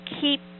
keep